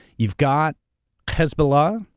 you got hezbollah.